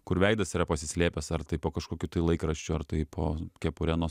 kur veidas yra pasislėpęs ar tai po kažkokiu tai laikraščiu ar tai po kepure nuo